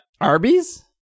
Arby's